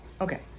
Okay